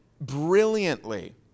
brilliantly